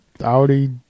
audi